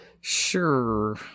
Sure